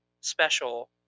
special